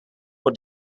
fore